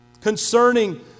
concerning